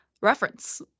reference